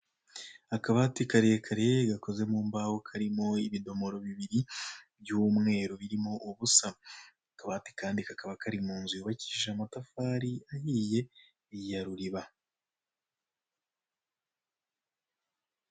Akabti karekare gakoze mu mbaho karimo ibidomoro bibiri by'umweru birimo ubusa akabati kandi kakaba kari mu nzu yubakishije amatafari ahiye ya ruriba.